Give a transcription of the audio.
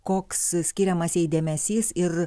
koks skiriamas jai dėmesys ir